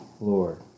Lord